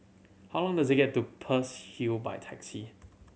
how long does it get to Peirce Hill by taxi